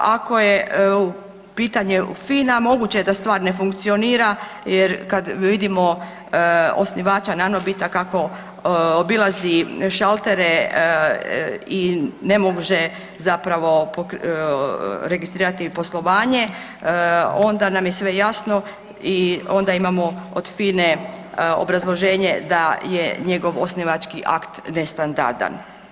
Ako je pitanje FINA moguće je da stvar ne funkcionira, jer kad vidimo osnivača NANOBIT-a kako obilazi šaltere i ne može zapravo registrirati poslovanje, onda nam je sve jasno i onda imamo od FINA-e obrazloženje da je njegov osnivački akt nestandardan.